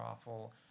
awful